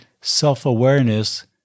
self-awareness